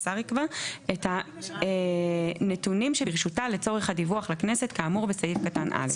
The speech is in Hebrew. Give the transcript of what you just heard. את הנתונים שברשותה לצורך הדיווח לכנסת כאמור בסעיף קטן (א).".